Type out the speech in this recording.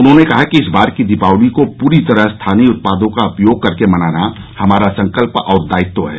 उन्होंने कहा कि इस बार की दीपावली को पूरी तरह स्थानीय उत्पादों का उपयोग करके मनाना हमारा संकल्प और दायित्व है